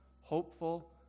hopeful